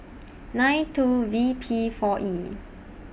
nine two V P four E